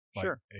Sure